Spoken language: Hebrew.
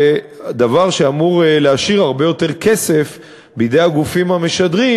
זה דבר שאמור להשאיר הרבה יותר כסף בידי הגופים המשדרים,